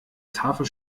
tafel